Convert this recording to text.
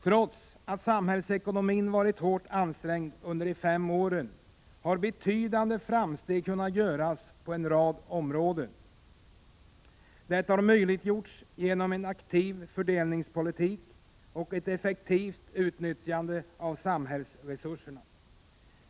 Trots att samhällsekonomin varit hårt ansträngd under de fem åren har betydande framsteg kunnat göras på en rad områden. Detta har möjliggjorts genom en aktiv fördelningspolitik och ett effektivt utnyttjande av samhällsresurserna.